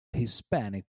hispanic